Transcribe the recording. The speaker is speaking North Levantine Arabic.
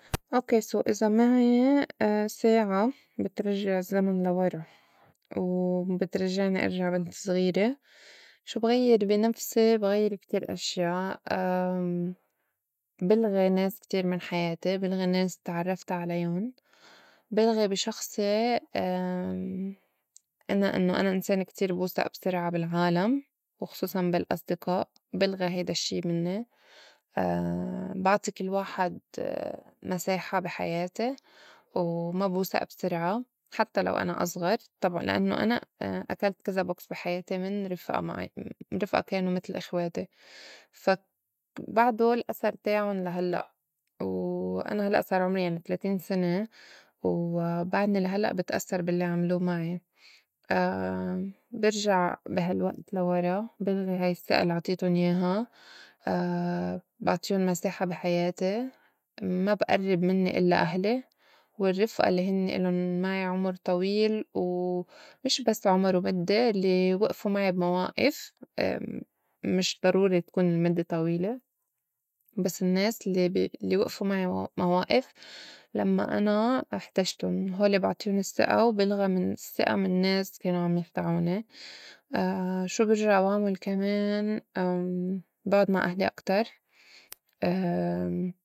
so ok، إزا معي ساعة بترجّع الزّمن لورا و بترجّعني إرجع بنت زغيرة شو بغيّر بي نفسي? بغيّر كتير أشيا بلغي ناس كتير من حياتي بلغي ناس تعرّفت عليُن، بلغي بي شخصي أنا إنّو أنا أنسانة كتير بوسئ بسرعة بالعالم وخصوصاً بالأصدِقاء بلغي هيدا الشّي مني بعطي كل واحد مساحة بحياتي وما بوسئ بسرعة حتّى لو أنا أزغر طبعاً لإنّو أنا أكلت كذا بوكس بي حياتي من رفئة معي من رفئة كانو متل إخواتي فا بعدو الأثر تاعُن لهلّئ، وأنا هلّئ صار عمري يعني تلاتين سنة وبعدني لا هلّئ بتأسّر بالّي عملو معي برجع بي هالوئت لورا بلغي هاي السّئة اللّي عطيتُن ياها بعطيُن مساحة بي حياتي ما بئرّب منّي إلّا أهلي والرّفئة اللّي هنّي الُن معي عُمُر طويل و مش بس عُمر ومدّة اللّي وئفو معي بموائف مش ضروري تكون المدّة طويلة بس النّاس الّي بي وئفو معي موائف لمّا أنا احتجتُن هولي بعطيُن السِّئة وبلغي من السّئة من ناس كانو عم يخدعوني شو بِرجع بعمل كمان؟ بُعُد ما أهلي أكتر.